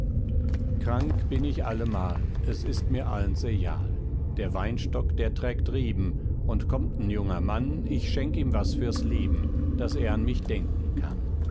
krank bin ich allemal es ist mir allens ejal der weinstock der trägt reben und kommt n junger mann ich schenk ihm was für's leben daß er an mich denken kann